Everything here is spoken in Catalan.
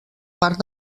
part